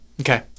Okay